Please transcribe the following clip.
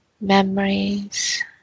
memories